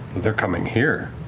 they're coming here.